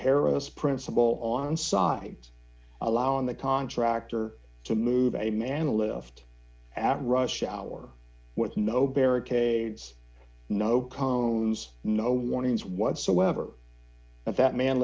harris principle on sides allowing the contractor to move a man a lift out rush hour with no barricade no cones no warnings whatsoever that man